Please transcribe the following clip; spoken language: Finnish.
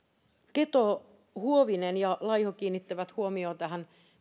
keto huovinen ja laiho kiinnittivät huomiota tähän